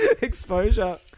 exposure